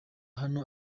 hano